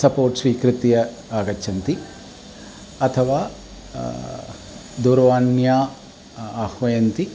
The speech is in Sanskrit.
सपोर्ट् स्वीकृत्य आगच्छन्ति अथवा दूरवाण्या आह्वयन्ति